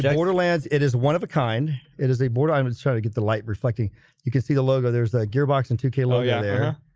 yeah borderlands it is one of a kind. it is a bore diamonds try to get the light reflecting you can see the logo there's a gearbox in two kilo. yeah, yeah,